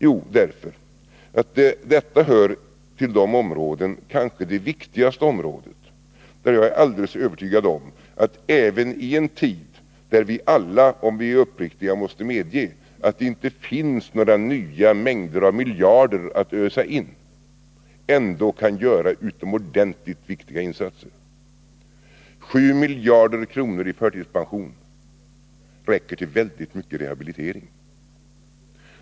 Jo, därför att detta hör till de områden — det är kanske det viktigaste området i det avseendet — där jag är alldeles övertygad om att vi även i en tid då vi alla, om vi är uppriktiga, måste medge att det inte finns några nya mängder av miljarder att ösa in, kan göra utomordentligt viktiga insatser. 7 miljarder kronor för förtidspension räcker till väldigt mycket rehabilitering.